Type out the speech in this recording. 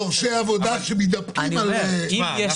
דורשי עבודה שמתדפקים על --- אתה שמעת